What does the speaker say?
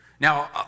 Now